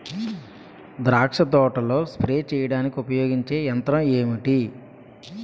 ద్రాక్ష తోటలో స్ప్రే చేయడానికి ఉపయోగించే యంత్రం ఎంటి?